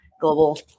global